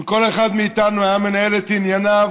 אם כל אחד מאיתנו היה מנהל את ענייניו